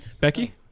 Becky